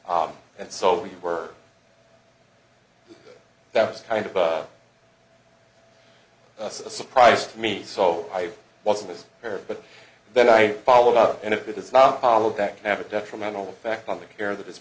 tool and so we were that was kind of a surprise to me so i wasn't there but then i followed up and if it does not follow that i have a detrimental effect on the care that is